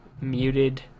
muted